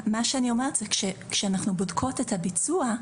מה שאני אומרת זה כשאנחנו בודקות את הביצוע,